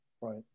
Right